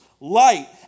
light